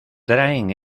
traen